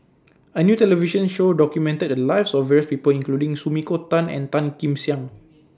A New television Show documented The Lives of various People including Sumiko Tan and Tan Kim Tian